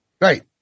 Right